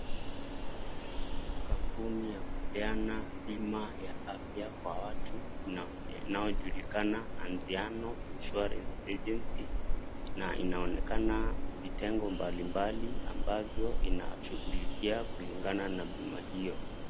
Kampuni ya kupeana bima ya afya kwa watu, inayojulikana Anziano Insurance Agency na inaonekana vitengo mbalimbali ambayo inashughulikia kulingana na bima hiyo.